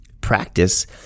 Practice